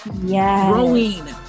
growing